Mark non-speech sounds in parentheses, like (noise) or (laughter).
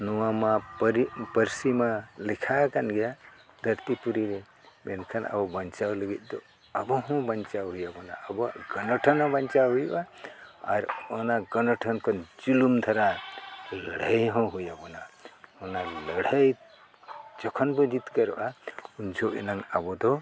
ᱱᱚᱣᱟ ᱢᱟ (unintelligible) ᱯᱟᱹᱨᱥᱤ ᱢᱟ ᱞᱮᱠᱷᱟ ᱟᱠᱟᱱ ᱜᱮᱭᱟ ᱫᱷᱟᱹᱨᱛᱤ ᱯᱩᱨᱤ ᱨᱮ ᱢᱮᱱᱠᱷᱟᱱ ᱟᱵᱚ ᱵᱟᱧᱪᱟᱣ ᱞᱟᱹᱜᱤᱫ ᱫᱚ ᱟᱵᱚ ᱦᱚᱸ ᱵᱟᱧᱪᱟᱣ ᱦᱩᱭᱩᱜᱼᱟ ᱟᱵᱚᱣᱟᱜ ᱜᱚᱱᱚᱴᱷᱟᱹᱱ ᱦᱚᱸ ᱵᱟᱧᱪᱟᱣ ᱦᱩᱭᱩᱜᱼᱟ ᱟᱨ ᱚᱱᱟ ᱜᱚᱱᱚᱴᱷᱟᱹᱱ ᱠᱷᱚᱱ ᱡᱩᱞᱩᱢ ᱫᱷᱟᱨᱟ ᱞᱟᱹᱲᱦᱟᱹᱭ ᱦᱚᱸ ᱦᱩᱭ ᱟᱵᱚᱱᱟ ᱚᱱᱟ ᱞᱟᱹᱲᱦᱟᱹᱭ ᱡᱚᱠᱷᱚᱱ ᱵᱚ ᱡᱤᱛᱠᱟᱹᱨᱚᱜᱼᱟ ᱩᱱ ᱡᱷᱚᱜ ᱮᱱᱟᱝ ᱟᱵᱚ ᱫᱚ